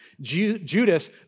Judas